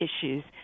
issues